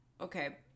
Okay